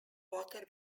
water